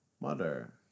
mother